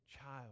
child